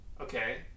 Okay